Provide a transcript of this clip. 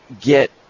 get